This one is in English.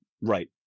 right